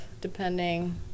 depending